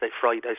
Friday